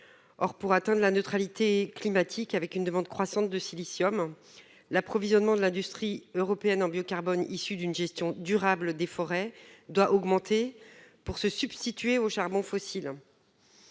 Or pour atteindre la neutralité climatique avec une demande croissante de silicium. L'approvisionnement de l'industrie européenne en bio-carbone issu d'une gestion durable des forêts doit augmenter pour se substituer au charbon fossiles.